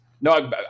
No